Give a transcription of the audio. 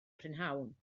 prynhawn